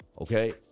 okay